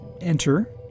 enter